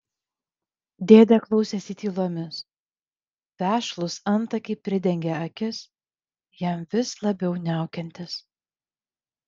dėdė klausėsi tylomis vešlūs antakiai pridengė akis jam vis labiau niaukiantis